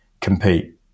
compete